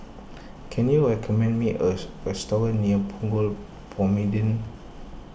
can you recommend me as a restaurant near Punggol Promenade